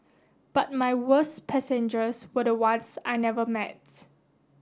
but my worst passengers were the ones I never